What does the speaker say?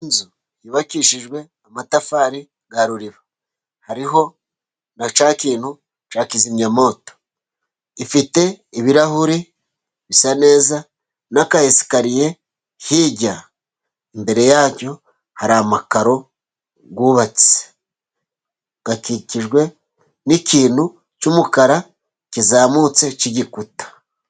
Inzu yubakishijwe amatafari ya ruriba hariho na cya kintu cya kizimyamoto, ifite ibirahuri bisa neza n'akasikariye hirya imbere yacyo hari amakaro yubatse akikijwe n'ikintu cy'umukara kizamutse cy'igikuta.